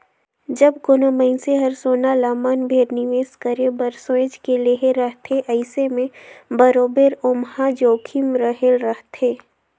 जब कोनो मइनसे हर सोना ल मन भेर निवेस करे बर सोंएच के लेहे रहथे अइसे में बरोबेर ओम्हां जोखिम रहले रहथे